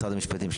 משרד המשפטים.